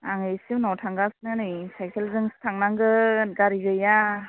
आं एसे उनाव थांगासिनो नै साइकेलजोंसो थांनांगोन गारि गैया